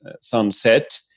sunset